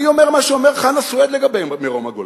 אני אומר מה שאומר חנא סוייד לגבי מרום-גולן.